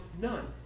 none